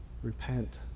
Repent